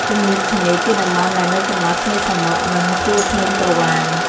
ទំនាបឆ្នេរ ជាតំបន់ដែលនៅចន្លោះឆ្នេរសមុទ្រ និងជួរភ្នំក្រវាញ ។